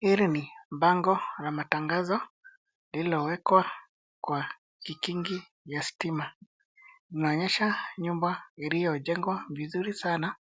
Hili ni bango la matangazo lililowekwa kwa kikingi ya stima. Inaonyesha nyumba iliyojengwa vizuri sana